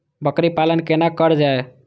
बकरी पालन केना कर जाय?